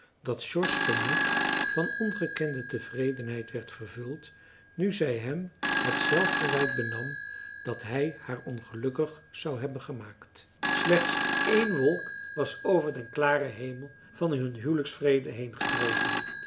dat george's gemoed van ongekende tevredenheid werd vervuld nu zij hem het zelfverwijt benam dat hij haar ongelukkig zou hebben gemaakt slechts één wolk was over den klaren hemel van hun